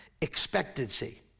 expectancy